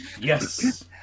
yes